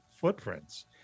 footprints